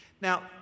Now